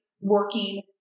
working